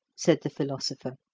said the philosopher.